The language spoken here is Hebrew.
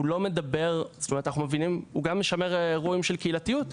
הוא גם משמר אירועים של קהילתיות,